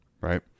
right